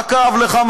מה כאב לך,